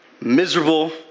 miserable